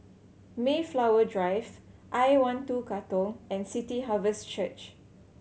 Mayflower Drive I One Two Katong and City Harvest Church